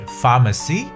pharmacy，